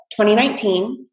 2019